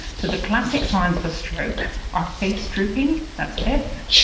so the classic signs of a stroke are face drooping, that's f.